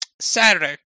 Saturday